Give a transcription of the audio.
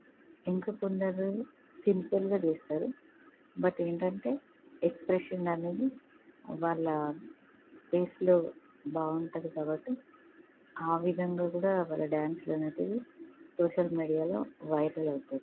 ఇంక కొందరు సింపుల్గా చేస్తారు బట్ ఏంటంటే ఎక్స్ప్రెషన్ అనేది వాళ్ళ ఫేస్లో బాగుంటుంది కాబట్టి ఆ విధంగా కూడా వాళ్ళ డాన్స్లనేటివి సోషల్ మీడియాలో వైరల్ అవుతున్నయి